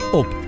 op